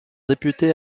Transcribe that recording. députés